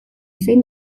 zein